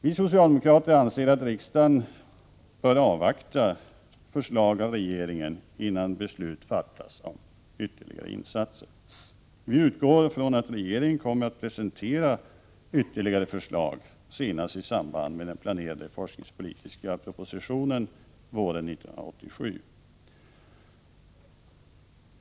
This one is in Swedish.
Vi socialdemokrater anser att riksdagen bör avvakta förslag från regeringen innan beslut fattas om ytterligare insatser. Vi utgår från att regeringen kommer att presentera ytterligare förslag senast i samband med den planerade forskningspolitiska propositionen våren 1987.